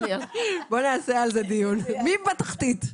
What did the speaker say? בוא נעשה על זה דיון, מי בתחתית?